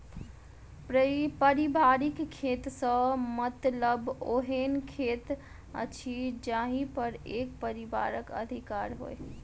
पारिवारिक खेत सॅ मतलब ओहन खेत अछि जाहि पर एक परिवारक अधिकार होय